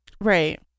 Right